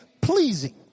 pleasing